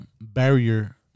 barrier